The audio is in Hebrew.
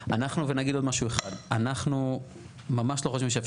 אם רוצים לדבר על הסדרים, שנייה, שנייה, שנייה.